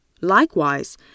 Likewise